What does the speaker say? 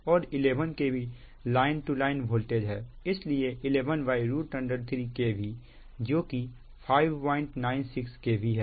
और 11 kV line to line voltage है इसलिए 113 KV जोकि 596 kV है